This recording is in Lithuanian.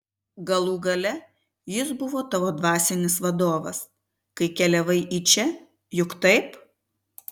galų gale jis buvo tavo dvasinis vadovas kai keliavai į čia juk taip